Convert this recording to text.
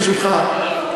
ברשותך.